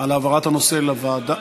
על העברת הנושא לוועדה,